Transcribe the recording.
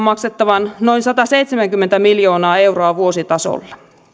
maksettavan noin sataseitsemänkymmentä miljoonaa euroa vuositasolla